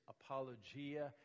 apologia